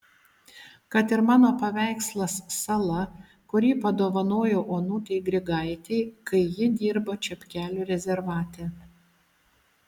kad ir mano paveikslas sala kurį padovanojau onutei grigaitei kai ji dirbo čepkelių rezervate